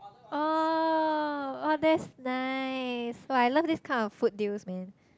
oh oh that's nice oh I love this kind of food deals man